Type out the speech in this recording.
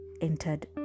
entered